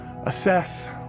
assess